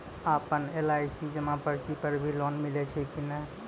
आपन एल.आई.सी जमा पर्ची पर भी लोन मिलै छै कि नै?